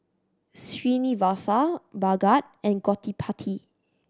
Srinivasa Bhagat and Gottipati